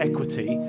equity